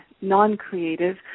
non-creative